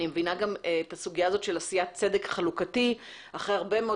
אני מבינה גם את הסוגיה הזאת של עשיית צדק חלוקתי אחרי הרבה מאוד